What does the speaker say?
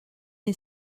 est